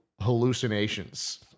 hallucinations